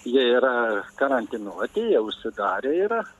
jie yra karantinuoti jie užsidarę yra